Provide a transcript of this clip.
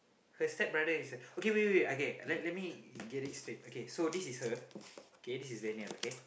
her stepbrother is okay wait wait wait okay let let me get it straight okay so this is her okay this is Daniel okay